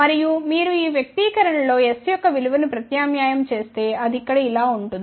మరియు మీరు ఈ వ్యక్తీకరణ లో s యొక్క విలువ ను ప్రత్యామ్నాయం చేస్తే అది ఇక్కడ ఇలా ఉంటుంది